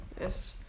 Yes